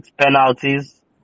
penalties